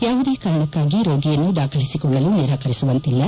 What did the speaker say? ಯಾವುದೇ ಕಾರಣಕಾಗಿ ರೋಗಿಯನ್ನು ದಾಖಲಿಸಿಕೊಳ್ಳಲು ನಿರಾಕರಿಸುವಂತಿಲ್ಲ